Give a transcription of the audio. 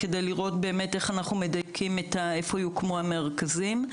כדי לראות איך אנחנו מדייקים איפה יוקמו המרכזים.